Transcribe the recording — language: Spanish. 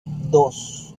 dos